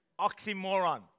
oxymoron